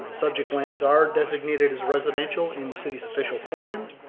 subject lands are designated as residential in the city's official plan.